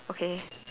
okay